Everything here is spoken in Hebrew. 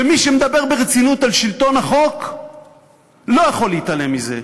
ומי שמדבר ברצינות על שלטון החוק לא יכול להתעלם מזה,